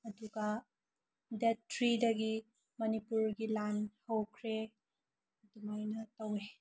ꯑꯗꯨꯒ ꯗꯦꯠ ꯊ꯭ꯔꯤꯗꯒꯤ ꯃꯅꯤꯄꯨꯔꯒꯤ ꯂꯥꯟ ꯍꯧꯈ꯭ꯔꯦ ꯑꯗꯨꯃꯥꯏꯅ ꯇꯧꯑꯦ